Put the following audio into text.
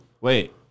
Wait